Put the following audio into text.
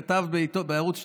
כתב בערוץ 12: